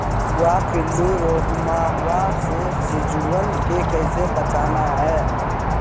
भुवा पिल्लु, रोमहवा से सिजुवन के कैसे बचाना है?